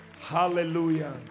Hallelujah